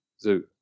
zoo